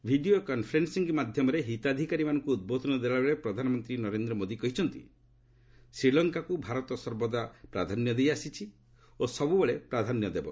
video conferencing ମାଧ୍ୟମରେ ହିତାଧିକାରୀମାନଙ୍କୁ ଉଦ୍ବୋଧନ ଦେଲାବେଳେ ପ୍ରଧାନମନ୍ତ୍ରୀ ନରେନ୍ଦ୍ର ମୋଦି କହିଛନ୍ତି ଶ୍ରୀଲଙ୍କାକୁ ଭାରତ ସର୍ବଦା ପ୍ରାଧାନ୍ୟ ଦେଇ ଆସିଛି ଓ ସବୁବେଳେ ପ୍ରାଧାନ୍ୟ ଦେବ